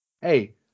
Hey